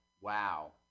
Wow